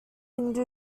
hindu